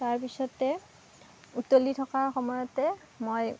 তাৰ পিছতে উতলি থকা সময়তে মই